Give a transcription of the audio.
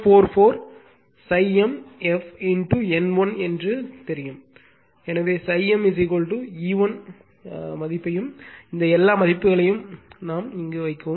44 ∅m f N1 நமக்குத் தெரியும் எனவே ∅m E1 மதிப்பையும் இந்த எல்லா மதிப்புகளையும் மட்டும் வைக்கவும்